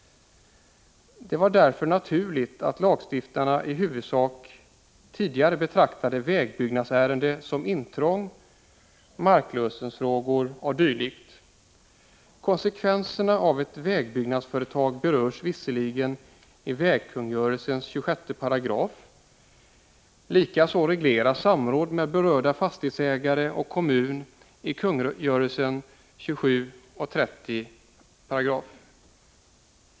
Det var därför naturligt att lagstiftarna tidigare i huvudsak betraktade vägbyggnadsärenden som intrång, marklösenfrågor, m.m. Konsekvenserna av ett vägbyggnadsföretag berörs visserligen i vägkungörelsens 26 §. Samråd med berörda fastighetsägare och kommun regleras i kungörelsens 27 och 30§§.